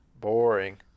boring